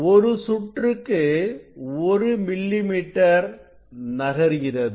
ஒரு சுற்றுக்கு ஒரு மில்லிமீட்டர் நகர்கிறது